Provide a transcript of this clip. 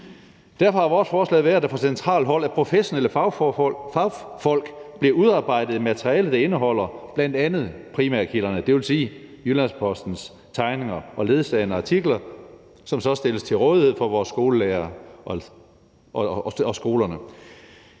der fra centralt hold af professionelle fagfolk bliver udarbejdet et materiale, der indeholder bl.a. primærkilderne, dvs. Jyllands-Postens tegninger og ledsagende artikler, som så stilles til rådighed for vores skolelærere ude på skolerne.